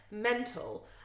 mental